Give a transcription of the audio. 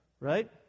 Right